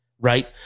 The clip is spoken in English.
right